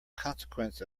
consequence